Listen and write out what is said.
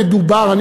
למה לבטל, אבל?